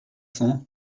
cents